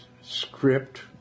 script